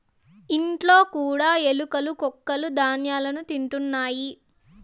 ఇండ్లలో కూడా ఎలుకలు కొక్కులూ ధ్యాన్యాన్ని తింటుంటాయి